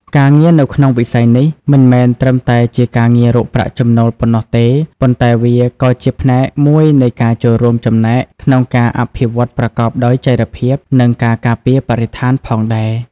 ការងារនៅក្នុងវិស័យនេះ មិនមែនត្រឹមតែជាការងាររកប្រាក់ចំណូលប៉ុណ្ណោះទេ ប៉ុន្តែវាក៏ជាផ្នែកមួយនៃការចូលរួមចំណែកក្នុងការអភិវឌ្ឍប្រកបដោយចីរភាព និងការការពារបរិស្ថានផងដែរ។